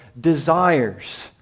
desires